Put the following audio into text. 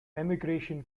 emigration